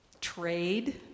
trade